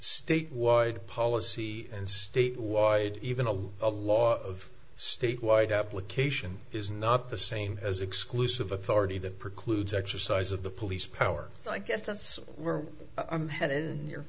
statewide policy and state wide even a lot a lot of statewide application is not the same as exclusive authority that precludes exercise of the police power so i guess that's where i'm headed and